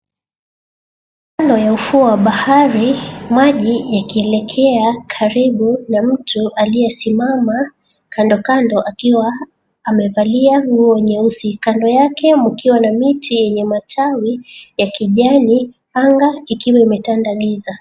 Kando ya ufuo wa bahari maji yakielekea karibu na mtu aliyesimama kandokando akiwa amevalia nguo nyeusi, kando yake mkiwa miti yenye matawi ya kijani, anga ikiwa imetanda giza.